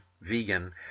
vegan